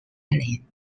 abilene